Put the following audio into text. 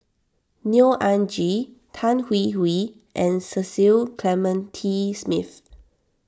Neo Anngee Tan Hwee Hwee and Cecil Clementi Smith